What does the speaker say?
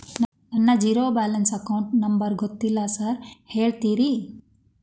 ನನ್ನ zero balance account number ಗೊತ್ತಿಲ್ಲ sir ಹೇಳ್ತೇರಿ?